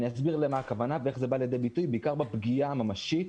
אני אסביר למה הכוונה ואיך זה בא לידי ביטוי בעיקר בפגיעה הממשית,